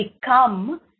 become